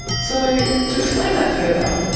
so, to explain that further,